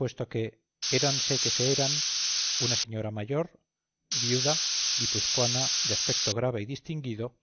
puesto que éranse que se eran una señora mayor viuda guipuzcoana de aspecto grave y distinguido